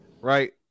Right